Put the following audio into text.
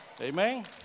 Amen